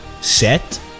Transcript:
set